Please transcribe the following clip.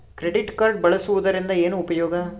Credit card ಬಳಸುವದರಿಂದ ಏನು ಉಪಯೋಗ?